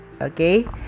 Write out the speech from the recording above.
Okay